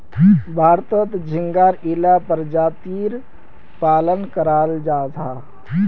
भारतोत झिंगार इला परजातीर पालन कराल जाहा